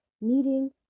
needing